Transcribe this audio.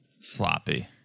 sloppy